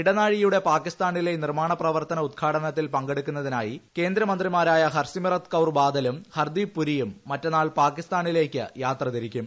ഇടനാഴിയുടെ പാകിസ്ഥാനിലെ നിർമ്മാണ പ്രവർത്തന ഉദ്ഘാടനത്തിൽ പങ്കെടുക്കാനായി കേന്ദ്രമന്ത്രിമാരായ ഹർസിമ്രത് കൌർ ബാദലും ഹർദീപ് പുരിയും മറ്റന്നാൾ പാക്കിസ്ഥാനിലേക്ക് യാത്രതിരിക്കും